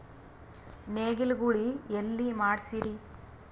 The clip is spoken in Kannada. ನೇಗಿಲ ಗೂಳಿ ಎಲ್ಲಿ ಮಾಡಸೀರಿ?